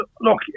look